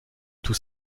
tout